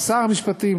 לשר המשפטים,